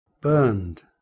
burned